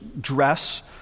dress